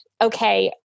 okay